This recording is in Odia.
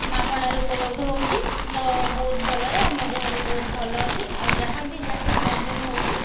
ମାଗଣାରେ ଉପଲବ୍ଧ ହେଉଛି ତ ବହୁତ ଭଲରେ ଆମ ଦେହ ବି ବହୁତ ଭଲ ଅଛି ଆଉ ଯାହା ବି ଯାହା ବି ପ୍ରୋବ୍ଲେମ ହେଉଛି